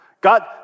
God